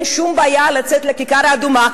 אין בעיה לצאת לכיכר האדומה,